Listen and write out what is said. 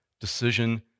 decision